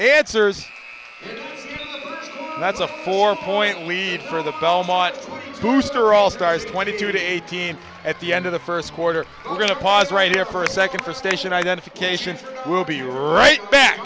road that's a four point lead for the belmont booster all stars twenty two to eighteen at the end of the first quarter i'm going to pause right here for a second for station identification will be right back